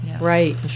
right